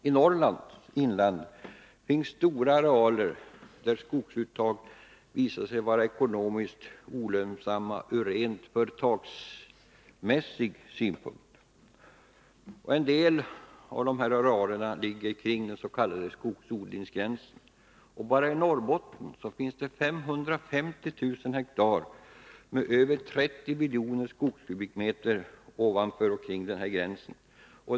I Norrlands inland finns stora arealer där skogsuttag har visat sig vara ekonomiskt olönsamma från rent företagsmässig synpunkt. En del av dem ligger ovanför den s.k. skogsodlingsgränsen. Enbart i Norrbottens län finns ca 550 000 hektar med över 30 miljoner skogskubikmeter ovanför och kring denna gräns.